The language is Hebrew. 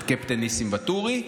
את קפטן ניסים ואטורי.